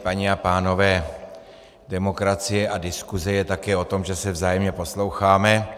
Paní a pánové, demokracie a diskuse je také o tom, že se vzájemně posloucháme.